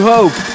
Hope